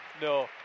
No